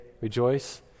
rejoice